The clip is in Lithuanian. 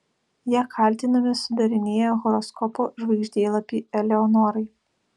jie kaltinami sudarinėję horoskopo žvaigždėlapį eleonorai